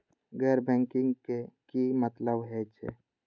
गैर बैंकिंग के की मतलब हे छे?